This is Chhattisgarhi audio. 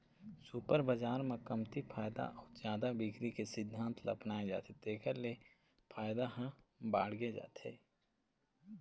सुपर बजार म कमती फायदा अउ जादा बिक्री के सिद्धांत ल अपनाए जाथे तेखर ले फायदा ह बाड़गे जाथे